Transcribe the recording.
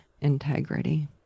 integrity